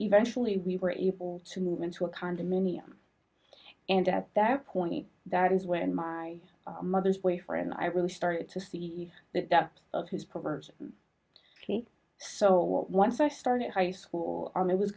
eventually we were able to move into a condominium and at that point that is when my mother's boyfriend i really started to see the depths of his perverse so once i started high school it was